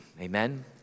amen